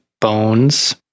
bones